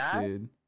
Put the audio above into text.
dude